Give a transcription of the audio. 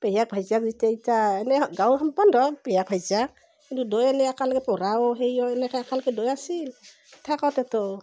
পেহীয়েক ভাইজাক যিতেয়া ইতা এনেই গাঁৱৰ সম্বন্ধ পেহীয়েক ভাইজাক কিন্তু দুয়োৱে এনে একালগে পঢ়াও সেইও এনেকে একেলগে দুয়োৱে আছিল থাকোঁতে ত'